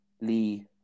Lee